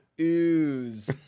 ooze